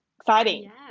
exciting